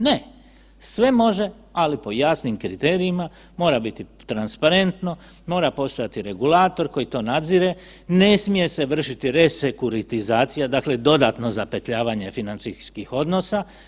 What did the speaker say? Ne, sve može, ali po jasnim kriterijima, mora biti transparentno, mora postojati regulator koji to nadzire, ne smije se vršiti resekuritizacija, dakle dodatno zapetljavanje financijskih odnosa.